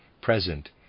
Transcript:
present